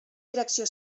direcció